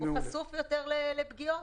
הוא חשוף יותר לפגיעות.